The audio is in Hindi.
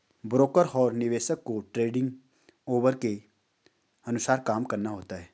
ब्रोकर और निवेशक को ट्रेडिंग ऑवर के अनुसार काम करना होता है